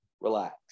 Relax